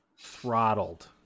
throttled